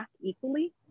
equally